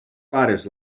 pares